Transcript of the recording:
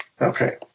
Okay